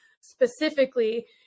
specifically